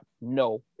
no